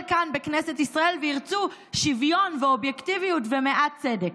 כאן בכנסת ישראל וירצו שוויון ואובייקטיביות ומעט צדק.